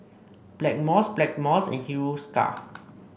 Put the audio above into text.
Blackmores Blackmores and Hiruscar